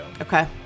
Okay